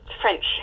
French